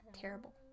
Terrible